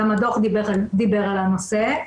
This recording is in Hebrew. גם הדו"ח דיבר על הנושא.